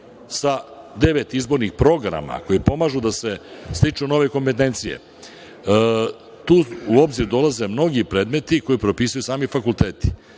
sa devet izbornih programa koji pomažu da se stiču nove kompetencije. Tu u obzir dolaze mnogi predmeti koje propisuju sami fakulteti.